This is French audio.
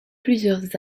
plusieurs